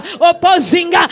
opposing